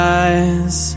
eyes